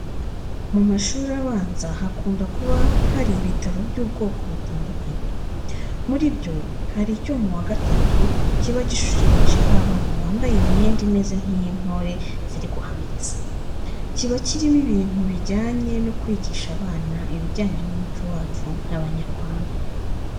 Mu mashuri abanza hakunda kuba hari ibitabo by'ubwoko butandukanye. Muri byo hari icyo mu wa gatatu kiba gishushanyijeho abana bambaye imyenda imeze nk'iy'intore ziri guhamiriza, kiba kirimo ibintu bijyanye no kwigisha abana ibijyanye n'umuco wacu nk'Abanyarwanda.